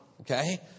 okay